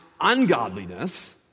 ungodliness